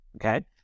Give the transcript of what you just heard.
okay